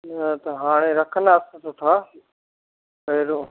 न त हाणे रखंदासीं सुठा त अहिड़ो